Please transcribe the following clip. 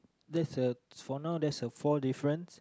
that's the for now that's the four difference